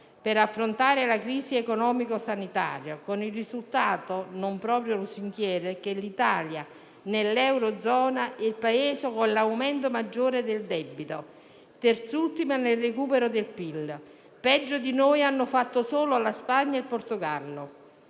per affrontare la crisi economico-sanitaria, con il risultato non proprio lusinghiero che nell'Eurozona l'Italia è il Paese con il maggiore aumento del debito, terzultima nel recupero del PIL. Peggio di noi hanno fatto solo la Spagna e il Portogallo.